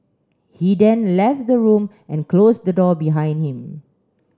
he then left the room and closed the door behind him